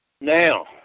Now